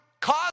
Cause